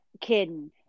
kidding